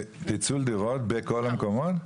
פיצול דירות בכל המקומות?